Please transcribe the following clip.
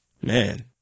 Man